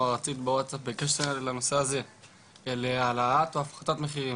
הארצית בקשר לנושא הזה של העלאת והפחתת מחירים.